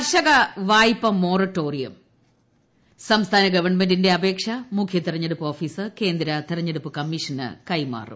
കർഷക വായ്പ മൊറട്ടോറിയം സംസ്ഥാന ഗവൺമെന്റിന്റെ അപേക്ഷ്ക്ക് ഓഫീസർ കേന്ദ്ര തെരൂഞ്ഞെടുപ്പ് കമ്മീഷന് കൈമാറും